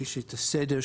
תמשיכו לקרוא.